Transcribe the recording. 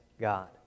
God